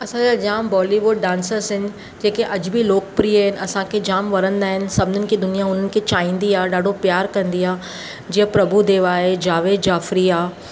असांजा जामु Bollywood dancers आहिनि जेके अॼु बि लोकप्रिय आहिनि असांखे जामु वणंदा आहिनि सभिनीनि खे दुनिया हुननि खे चाहींदी आहे ॾाढो प्यार कंदी आहे जीअं प्रभु देवा आहे जावेद जॉफ्री आहे